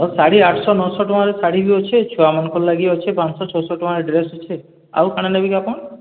ହଁ ଶାଢ଼ୀ ଆଠଶହ ନଅଶହ ଟଙ୍କାର ଶାଢ଼ୀ ବି ଅଛେ ଛୁଆମାନଙ୍କର୍ ଲାଗି ଅଛେ ପାଁ'ଶହ ଛଅଶହ ଟଙ୍କାର୍ ଡ଼୍ରେସ୍ ଅଛେ ଆଉ କା'ଣା ନେବେ କି ଆପଣ